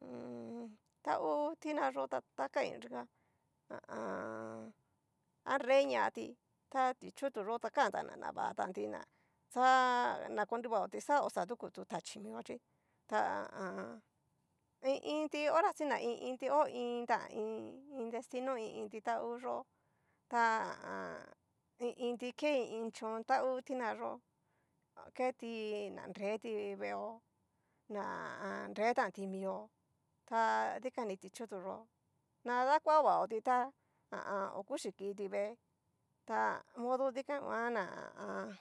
Mmmm angu tina yó ta ta kain yikan, ha a an. anreñati ta ti'chutu yó ta kantana na vati ná xa. nakonrivaoti xa oxa duku tu tachii mio chí, ta ha a an. i iinti horasi na i iinti hó iin tan iin destino i iinti ta ngu yo'o, ta ha a an. i iinti ke i iin chon ta ngu tina yó, keti na nreti veo, na ha a an. nretanti mio ta dikan ni ti'chutu yó, na dakua vaoti tá ha a an. o kuchi kiti vee, modo dikan nguan ná ha a an